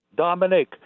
Dominic